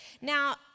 Now